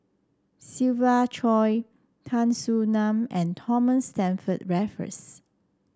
Siva Choy Tan Soo Nan and Thomas Stamford Raffles